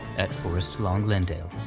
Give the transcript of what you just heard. at forest lawn glendale.